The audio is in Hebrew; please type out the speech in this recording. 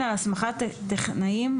וכן על הסמכת טכנאים,